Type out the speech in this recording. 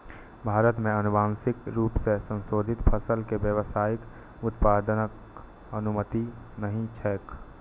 भारत मे आनुवांशिक रूप सं संशोधित फसल के व्यावसायिक उत्पादनक अनुमति नहि छैक